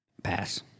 Pass